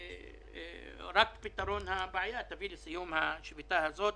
רק פתרון הבעיה יביא לסיום השביתה הזאת.